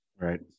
Right